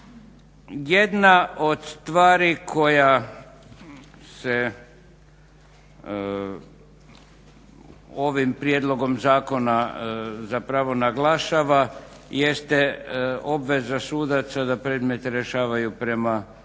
Jedna od stvari koja se ovim prijedlogom zakona zapravo naglašava jeste obveza sudaca da predmete rješavaju prema